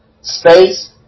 Space